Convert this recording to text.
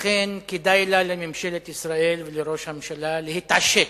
לכן, כדאי לממשלת ישראל ולראש הממשלה להתעשת.